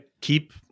keep